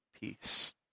peace